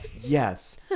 Yes